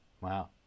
Wow